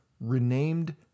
renamed